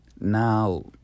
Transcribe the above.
Now